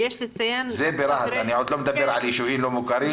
זה ברהט, אני לא מדבר על יישובים לא מוכרים.